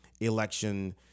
election